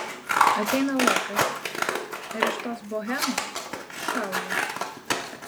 ateina laikas ir iš tos bohemos išaugi